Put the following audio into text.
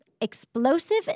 Explosive